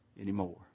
Anymore